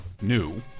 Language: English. new